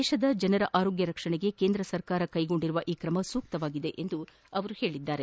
ದೇಶದ ಜನರ ಆರೋಗ್ಡ ರಕ್ಷಣೆಗೆ ಕೇಂದ್ರ ಸರ್ಕಾರ ಕೈಗೊಂಡಿರುವ ಈ ಕ್ರಮ ಸೂಕ್ತವಾಗಿದೆ ಎಂದು ಅವರು ತಿಳಿಸಿದ್ದಾರೆ